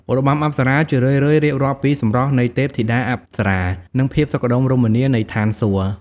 របាំអប្សរា ជារឿយៗរៀបរាប់ពីសម្រស់នៃទេពធីតាអប្សរា និងភាពសុខដុមរមនានៃឋានសួគ៌។